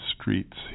streets